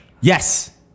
Yes